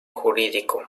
jurídico